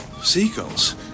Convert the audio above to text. Seagulls